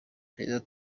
perezida